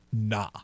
Nah